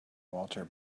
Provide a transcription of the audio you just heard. walter